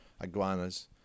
iguanas